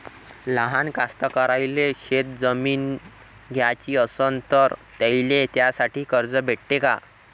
लहान कास्तकाराइले शेतजमीन घ्याची असन तर त्याईले त्यासाठी कर्ज भेटते का?